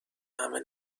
همه